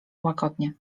łagodnie